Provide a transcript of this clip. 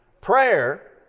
Prayer